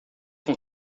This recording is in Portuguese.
com